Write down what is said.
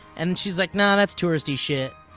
and then she's like nah, that's touristy shit.